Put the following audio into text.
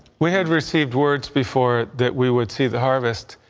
we had received words before that we would see the harvest.